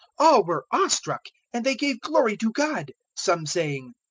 all were awe-struck, and they gave glory to god some saying,